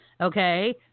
Okay